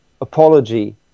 apology